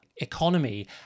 economy